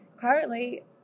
currently